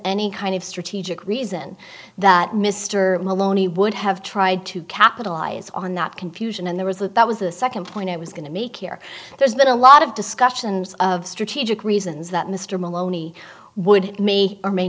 any kind of strategic reason that mr maloney would have tried to capitalize on that confusion and there was that that was the second point i was going to make here there's been a lot of discussions of strategic reasons that mr maloney would it may or may